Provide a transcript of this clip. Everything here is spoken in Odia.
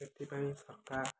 ସେଥିପାଇଁ ସରକାର